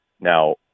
Now